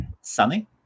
sunny